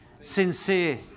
sincere